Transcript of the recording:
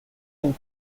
and